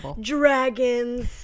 dragons